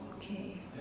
okay